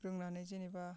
रोंनानै जेनोबा